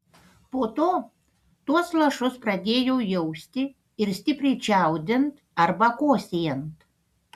po to tuos lašus pradėjau jausti ir stipriai čiaudint arba kosėjant